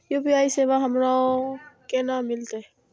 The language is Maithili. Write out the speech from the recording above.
यू.पी.आई सेवा हमरो केना मिलते?